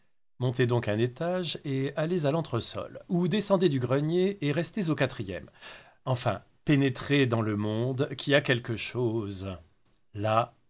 montez donc un étage et allez à l'entresol ou descendez du grenier et restez au quatrième enfin pénétrez dans le monde qui a quelque chose là